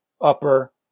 upper